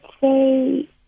say